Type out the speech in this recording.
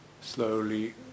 slowly